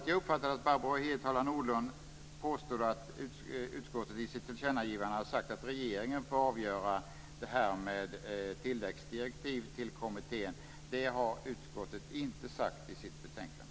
Jag uppfattade att Barbro Hietala Nordlund påstod att utskottet i sitt tillkännagivande har sagt att regeringen får avgöra frågan om tilläggsdirektiv till kommittén. Det har utskottet inte sagt i sitt betänkande.